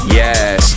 yes